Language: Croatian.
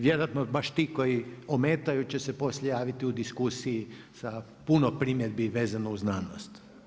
Vjerojatno baš ti koji ometaju će se poslije javiti u diskusiji da puno primjedbi vezano uz znanost.